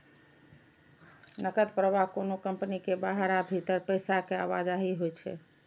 नकद प्रवाह कोनो कंपनी के बाहर आ भीतर पैसा के आवाजही होइ छै